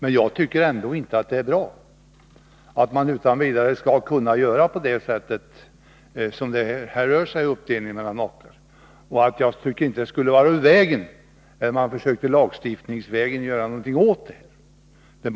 Men jag tycker inte att det är bra att man utan vidare skall kunna göra en sådan här uppdelning mellan makar. Jag tycker att det inte skulle vara ur vägen att lagstiftningsvägen försöka göra något åt det.